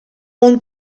want